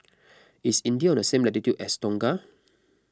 is India on the same latitude as Tonga